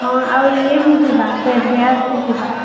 ହଁ ଆଉ ଇଏ ବି ଯିବା ବେଦବ୍ୟାସ ସେ ଯିବା